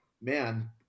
man